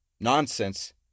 nonsense